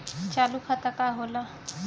चालू खाता का होला?